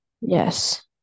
yes